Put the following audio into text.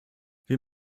wir